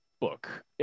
book